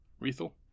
Rethel